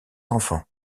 enfants